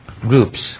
groups